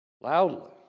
loudly